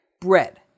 Bread